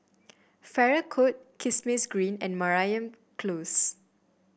Farrer Court Kismis Green and Mariam Close